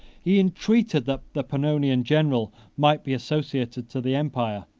he entreated that the pannonian general might be associated to the empire.